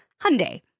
Hyundai